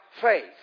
faith